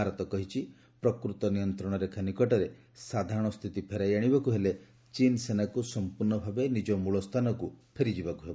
ଭାରତ କହିଛି ପ୍ରକୃତ ନିୟନ୍ତ୍ରଣ ରେଖା ନିକଟରେ ସାଧାରଣ ସ୍ଥିତି ଫେରାଇ ଆଶିବାକୁ ହେଲେ ଚୀନ୍ ସେନାକୁ ସମ୍ପୂର୍ଣ୍ଣଭାବେ ନିଜ ମୂଳ ସ୍ଥାନକୁ ଫେରିଯିବାକୁ ହେବ